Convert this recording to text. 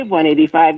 185